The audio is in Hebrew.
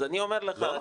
אז אני אומר לך,